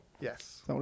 Yes